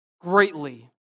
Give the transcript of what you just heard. greatly